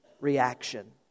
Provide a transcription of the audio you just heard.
reaction